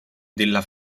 della